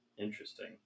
Interesting